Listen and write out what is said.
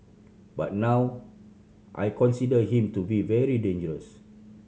but now I consider him to be very dangerous